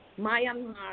Myanmar